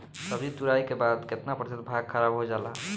सब्जी तुराई के बाद केतना प्रतिशत भाग खराब हो जाला?